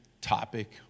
topic